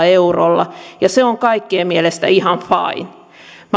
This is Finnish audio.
eurolla ja se on kaikkien mielestä ihan fine minä